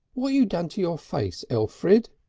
what you done to your face, elfrid?